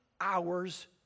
hours